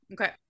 Okay